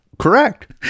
Correct